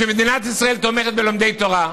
שמדינת ישראל תומכת בלומדי תורה,